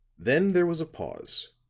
then there was a pause,